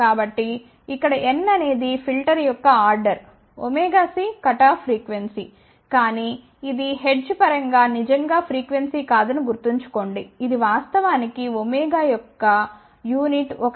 కాబట్టి ఇక్కడ n అనేది ఫిల్టర్ యొక్క ఆర్డర్ ωc కటాఫ్ ఫ్రీక్వెన్సీ కానీ ఇది హెర్ట్జ్ పరంగా నిజంగా ఫ్రీక్వెన్సీ కాదని గుర్తుంచుకోండి ఇది వాస్తవానికి ω యొక్క యూనిట్ ఒక రేడియన్